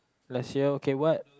last year okay what